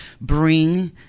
bring